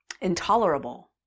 intolerable